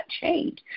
change